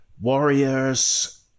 warriors